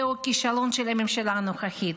זהו כישלון של הממשלה הנוכחית,